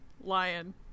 lion